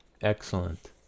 excellent